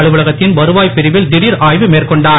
அலுவலகத்தின் வருவாய் பிரிவில் திடீர் ஆய்வு மேற்கொண்டார்